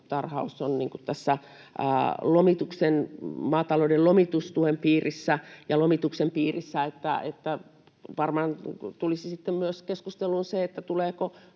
turkistarhaus on maatalouden lomitustuen piirissä ja lomituksen piirissä, niin varmaan tulisi sitten myös keskusteluun,